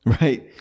right